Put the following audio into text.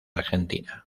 argentina